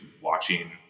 watching